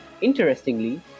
Interestingly